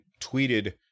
tweeted